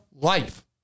life